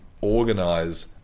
organize